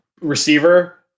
receiver